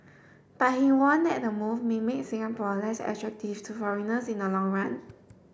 but he warned that the move may make Singapore less attractive to foreigners in the long run